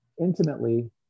intimately